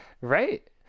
Right